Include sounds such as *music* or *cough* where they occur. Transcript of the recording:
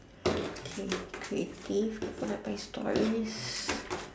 okay creative followed by stories *breath*